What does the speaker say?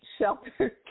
shelter